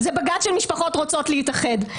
זה בג"ץ של משפחות רוצות להתאחד.